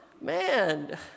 Man